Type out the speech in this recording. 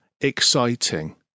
EXCITING